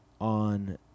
on